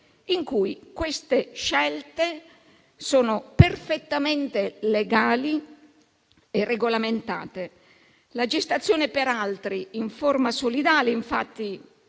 in cui queste scelte sono perfettamente legali e regolamentate. La gestazione per altri in forma solidale, infatti,